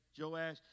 Joash